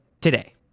today